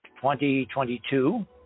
2022